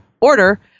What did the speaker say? order